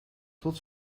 tot